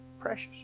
precious